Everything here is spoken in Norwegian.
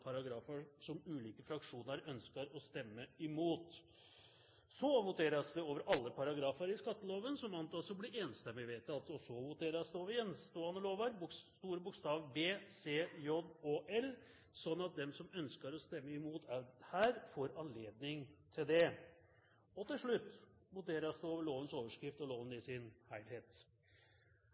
paragrafer som ulike fraksjoner ønsker å stemme imot. Så voteres det over alle paragrafer i skatteloven som antas å bli enstemmig vedtatt. Så voteres det over gjenstående lover, stor bokstav B, C, J og L, sånn at de som ønsker å stemme imot også her, får anledning til det. Til slutt voteres det over lovenes overskrift og lovene i sin helhet.